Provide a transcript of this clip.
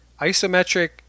isometric